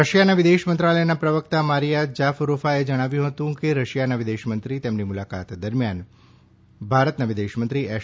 રશિયાના વિદેશ મંત્રાલયના પ્રવક્તા મારિયા જાફરોફાએ જણાવ્યું હતું કે રશિયાના વિદેશમંત્રી તેમની મુલાકાત દરમ્યાન વિદેશ મંત્રી એસ